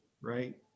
right